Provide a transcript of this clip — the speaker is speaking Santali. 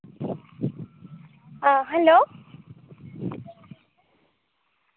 ᱚᱸᱻ ᱦᱮᱞᱳ